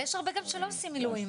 ולצערי,